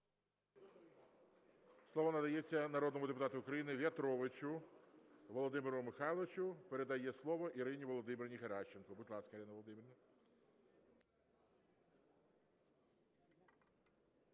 Слово надається народному депутату України В'ятровичу Володимиру Михайловичу. Передає слово Ірині Володимирівні Геращенко. Будь ласка, Ірина Володимирівна.